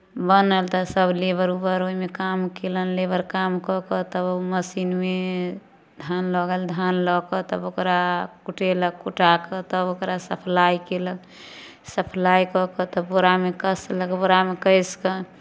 बनल तऽ सभ लेबर उबर ओहिमे काम कयलनि लेबर काम कऽ कऽ तब मशीनमे धान लऽ गेल धान लऽ कऽ तब ओकरा कुटेलक कुटा कऽ तब ओकरा सप्लाइ कयलक सप्लाइ कऽ कऽ तब बोरामे कसलक बोरामे कसि कऽ